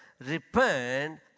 repent